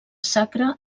sacre